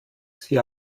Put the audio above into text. sie